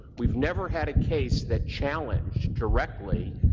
we've never had a case that challenged directly,